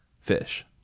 fish